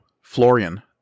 Florian